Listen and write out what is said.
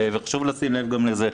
וחשוב לשים לב גם לזה.